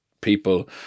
people